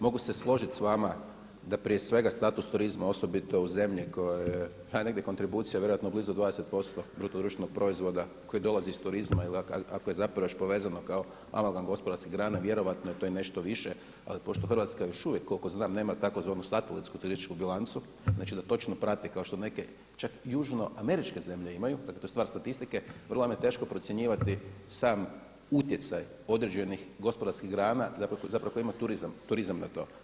Mogu se složiti s vama da prije svega status turizma osobito u zemlji u kojoj je hajde negdje kontribucija vjerojatno blizu 20 posto bruto društvenog proizvoda koji dolazi iz turizma i ako je zapravo još povezano kao amagam gospodarskih grana vjerojatno je to i nešto više, ali pošto Hrvatska još uvijek koliko znam nema tzv. satelitsku turističku bilancu, znači, da točno prati kao što neke čak južnoameričke zemlje imaju, dakle to je stvar statistike, vrlo vam je teško procjenjivati sam utjecaj određenih gospodarskih grana zapravo koje imaju turizam na to.